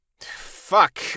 fuck